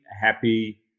happy